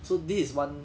so this is one